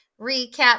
recap